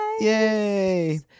yay